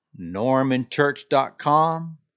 normanchurch.com